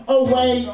away